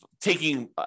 taking